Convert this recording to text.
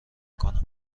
کنم